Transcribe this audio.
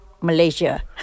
Malaysia